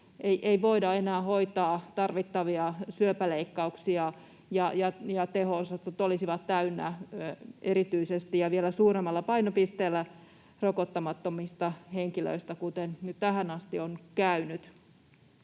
ei voida enää hoitaa tarvittavia syöpäleikkauksia ja teho-osastot olisivat täynnä erityisesti ja vielä suuremmalla painopisteellä rokottamattomista henkilöistä, kuten nyt tähän asti on käynyt?